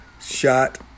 shot